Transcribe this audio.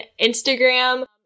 Instagram